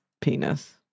penis